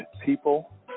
people